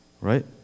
right